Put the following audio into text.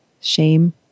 shame